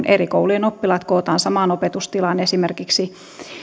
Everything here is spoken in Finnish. eri koulujen oppilaat kootaan samaan opetustilaan esimerkiksi